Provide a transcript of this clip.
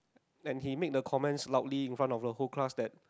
and he made a comments loudly in front of the whole class that